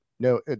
No